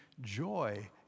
joy